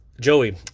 Joey